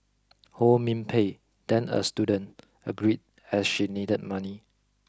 Ho Min Pei then a student agreed as she needed money